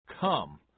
Come